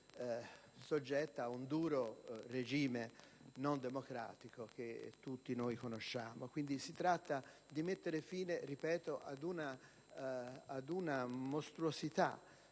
soggetta al duro regime non democratico che tutti noi conosciamo. Dunque, si tratta di mettere fine, ripeto, ad una mostruosità